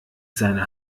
seiner